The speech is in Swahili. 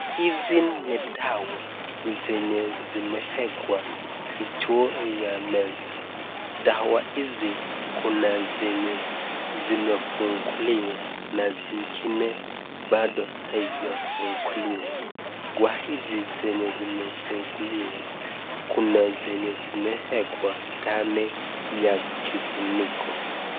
Hizi ni dawa zenye zimewekwa juu ya meza. Dawa hizi kuna zenye zimefunguliwa na zingine bado haijafunguliwa. Kwa hizi zenye zimefunguliwa kuna zenye zimeekwa ndani ya kifuniko.